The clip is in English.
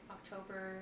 October